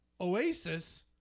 Oasis